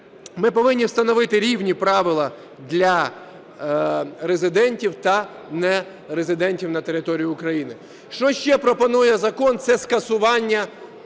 Ми повинні встановити рівні правила для резидентів та нерезидентів на території України. Що ще пропонує закон, це скасування